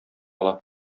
ала